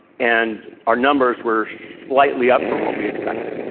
and our numbers were slightly up from what we expected.